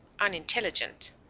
unintelligent